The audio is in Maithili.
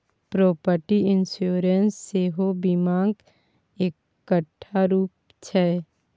प्रोपर्टी इंश्योरेंस सेहो बीमाक एकटा रुप छै